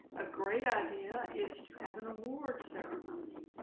a great idea is to have an award ceremony.